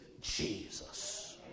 Jesus